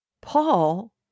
Paul